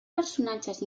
personatges